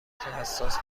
حساس